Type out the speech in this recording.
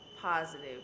positive